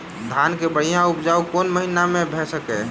धान केँ बढ़िया उपजाउ कोण महीना मे भऽ सकैय?